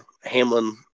Hamlin